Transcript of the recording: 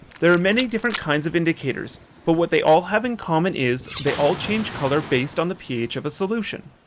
there are many different kinds of indicators but what they all have in common is they all change colour based on the ph of a solution.